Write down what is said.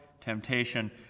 temptation